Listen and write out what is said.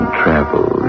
travel